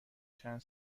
چند